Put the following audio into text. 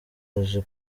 aje